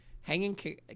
Hanging